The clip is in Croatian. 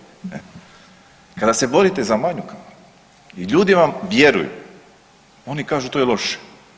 Kada se borite za manju kamatu i ljudi vam vjeruju, oni kažu to je loše.